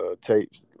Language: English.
tapes